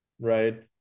right